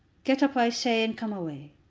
get up, i say, and come away.